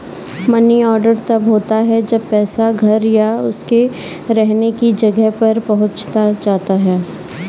money order तब होता है जब पैसा घर या उसके रहने की जगह पर पहुंचाया जाता है